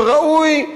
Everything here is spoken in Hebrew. וראוי,